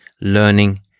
learning